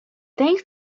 thanks